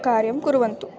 कार्यं कुर्वन्तु